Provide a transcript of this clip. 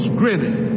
grinning